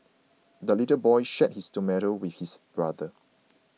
the little boy shared his tomato with his brother